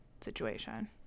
situation